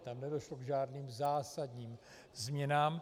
Tam nedošlo k žádným zásadním změnám.